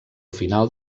final